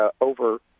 over